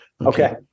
Okay